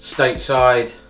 Stateside